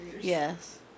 Yes